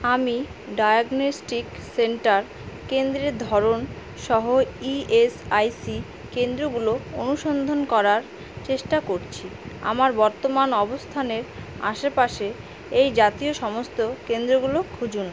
আমি diagnostic centre কেন্দ্রের ধরনসহ ই এস আই সি কেন্দ্রগুলো অনুসন্ধান করার চেষ্টা করছি আমার বর্তমান অবস্থানের আশেপাশে এই জাতীয় সমস্ত কেন্দ্রগুলো খুঁজুন